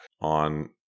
on